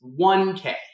1k